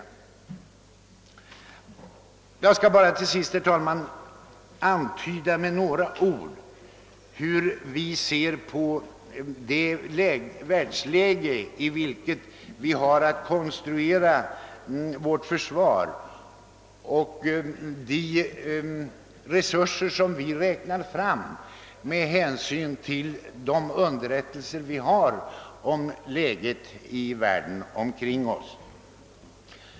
Slutligen skall jag bara helt kort antyda hur vi på vårt håll ser på det världsläge i vilket vi har att konstruera vårt försvar och på de resurser vi räknat fram med hänsyn till underrättelserna om förhållandena i världen omkring oss.